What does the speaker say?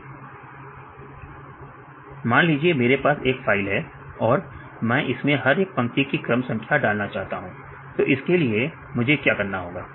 अब मान लीजिए मेरे पास एक फाइल है और मैं इसमें हर एक पंक्ति की क्रम संख्या डालना चाहता हूं तो इसके लिए मुझे क्या करना होगा